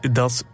dat